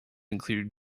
include